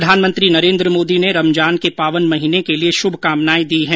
प्रधानमंत्री नरेन्द्र मोदी ने रमजान के पावन महीने के लिए शुभकामनाएं दी हैं